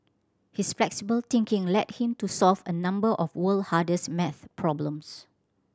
his flexible thinking led him to solve a number of the world hardest math problems